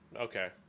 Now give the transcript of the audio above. okay